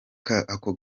gakoresho